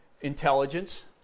intelligence